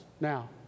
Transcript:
now